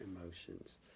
emotions